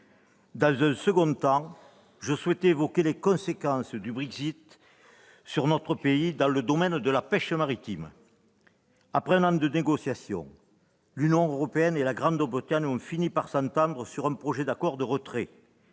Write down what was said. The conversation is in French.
à nos agriculteurs. En outre, j'évoquerai les conséquences du Brexit sur notre pays dans le domaine de la pêche maritime. Après un an de négociations, l'Union européenne et la Grande-Bretagne ont fini par s'entendre sur un projet d'accord de retrait.